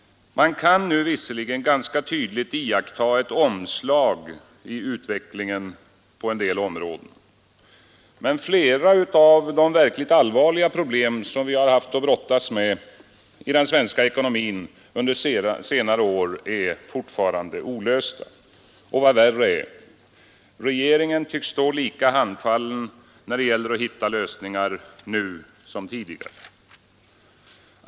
Man kan nu visserligen ganska tydligt iaktta ett omslag i utvecklingen på en del områden. Men flera av de verkligt allvarliga problem som vi haft att brottas med i den svenska ekonomin under senare år är fortfarande olösta. Och vad värre är — regeringen tycks stå lika handfallen när det gäller att hitta lösningar nu som tidigare.